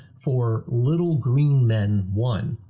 for little green men one.